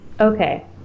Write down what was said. Okay